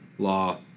Law